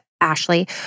Ashley